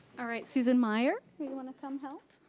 alright, susan meyer, you wanna come help?